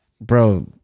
bro